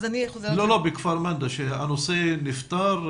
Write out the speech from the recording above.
הנושא נפתר?